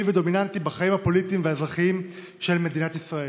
ודומיננטי בחיים הפוליטיים והאזרחיים של מדינת ישראל.